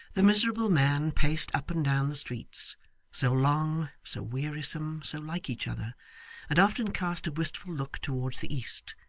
the miserable man paced up and down the streets so long, so wearisome, so like each other and often cast a wistful look towards the east,